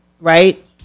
Right